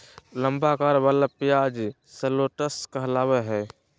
लंबा अकार वला प्याज शलोट्स कहलावय हय